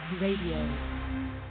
RADIO